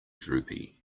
droopy